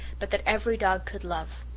but that every dog could love.